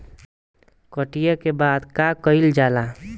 कटिया के बाद का कइल जाला?